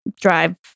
drive